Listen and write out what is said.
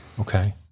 Okay